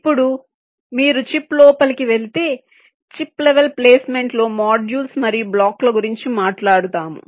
ఇప్పుడు మీరు చిప్ లోపలికి వెళితే చిప్ లెవల్ ప్లేస్మెంట్లో మాడ్యూల్స్ మరియు బ్లాక్ల గురించి మాట్లాడుతాము